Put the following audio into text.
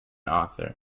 author